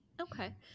Okay